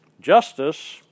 justice